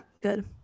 good